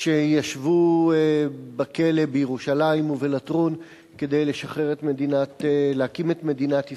שישבו בכלא בירושלים ובלטרון כדי לשחרר ולהקים את מדינת ישראל,